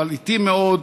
אבל איטי מאוד,